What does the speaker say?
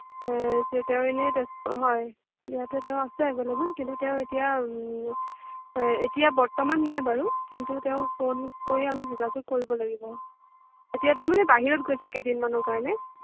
তেওঁ এনেই হয় ইয়াতে তেওঁ আছে এভেইলেবল কিন্তু তেওঁ এতিয়া এতিয়া বৰ্তমান নাই বাৰু কিন্তু তেওঁক ফোন কৰি আমি যোগাযোগ কৰিব লাগিব এতিয়া তেওঁ মানে বাহিৰত গৈছে কেইদিনমানৰ কাৰণে